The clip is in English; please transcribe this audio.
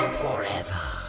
forever